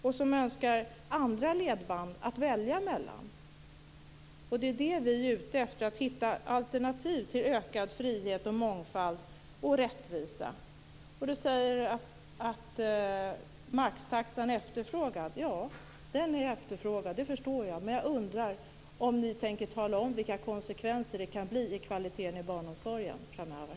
Det finns människor som önskar möjligheter att välja andra ledband, och vi är ute efter att hitta alternativ med ökad frihet, mångfald och rättvisa. Berit Andnor säger att maxtaxan är efterfrågad. Ja, jag förstår att den är det, men jag undrar om ni tänker tala om vilka konsekvenser den kan få för kvaliteten i barnomsorgen framöver.